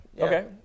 Okay